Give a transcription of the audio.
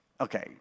okay